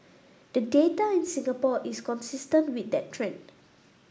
the data in Singapore is consistent with that trend